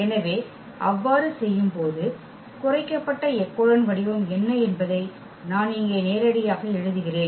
எனவே அவ்வாறு செய்யும்போது குறைக்கப்பட்ட எக்கெலோன் வடிவம் என்ன என்பதை நான் இங்கே நேரடியாக எழுதுகிறேன்